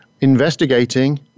investigating